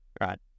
Right